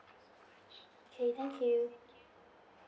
okay thank you